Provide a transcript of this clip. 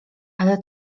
ale